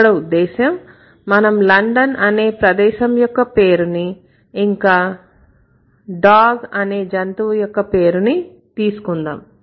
ఇక్కడ ఉద్దేశం మనం London అనే ప్రదేశం యొక్క పేరుని ఇంకా Dog అనే జంతువు యొక్క పేరుని తీసుకుందాం